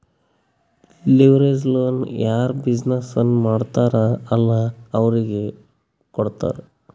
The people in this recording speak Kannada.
ಲಿವರೇಜ್ ಲೋನ್ ಯಾರ್ ಬಿಸಿನ್ನೆಸ್ ಮಾಡ್ತಾರ್ ಅಲ್ಲಾ ಅವ್ರಿಗೆ ಕೊಡ್ತಾರ್